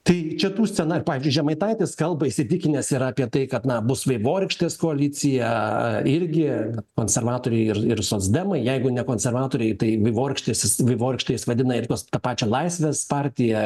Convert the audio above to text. tai čia tų scena ir pavyzdžiui žemaitaitis kalba įsitikinęs ir apie tai kad na bus vaivorykštės koalicija irgi konservatoriai ir ir socdemai jeigu ne konservatoriai tai vaivorykštės jis vaivorykšte jis vadina ir tą pačią laisvės partiją